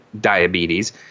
diabetes